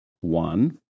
One